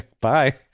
bye